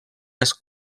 les